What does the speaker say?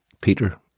Peter